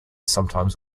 sometimes